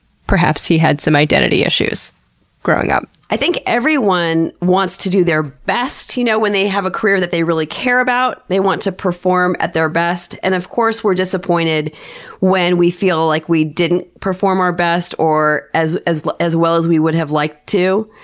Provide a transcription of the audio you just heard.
he had some identity issues growing up. i think everyone wants to do their best you know when they have a career that they really care about. they want to perform at their best, and of course we're disappointed when we feel like we didn't perform our best or as as well as we would have liked to.